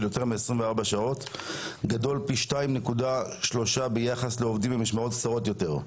יותר מ-24 שעות גדול פי 2.3 ביחס לעובדים במשמרות קצרות יותר.